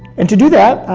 and to do that,